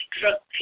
drug